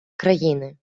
країни